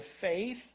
faith